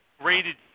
rated